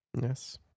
Yes